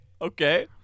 Okay